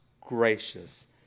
gracious